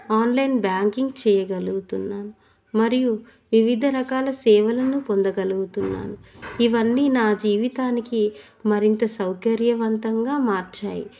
online banking చేయగలుగుతున్నాను మరియు వివిధ రకాల సేవలను పొందగలుగుతున్నాను ఇవన్నీ నా జీవితానికి మరింత సౌకర్యవంతంగా మార్చాయి